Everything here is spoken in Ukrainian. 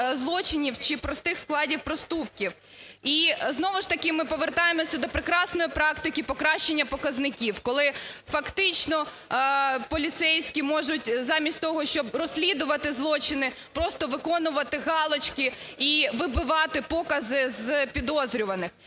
злочинів, чи простих складів проступків. І знову ж таки ми повертаємося до прекрасної практики покращення показників, коли фактично поліцейські замість того, щоб розслідувати злочини, просто виконувати галочки і вибивати покази з підозрюваних.